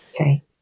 Okay